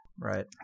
Right